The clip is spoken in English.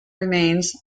remains